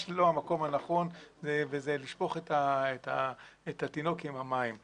לא המקום הנכון וזה לשפוך את התינוק עם המים.